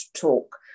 talk